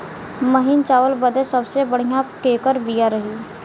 महीन चावल बदे सबसे बढ़िया केकर बिया रही?